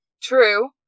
True